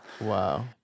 wow